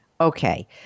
Okay